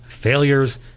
failures